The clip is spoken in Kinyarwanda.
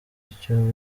icyo